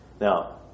Now